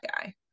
guy